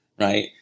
right